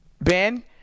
Ben